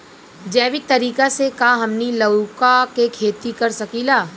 जैविक तरीका से का हमनी लउका के खेती कर सकीला?